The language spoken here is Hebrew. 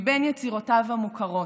מבין יצירותיו המוכרות: